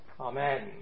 Amen